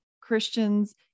Christians